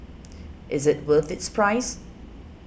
is it worth its price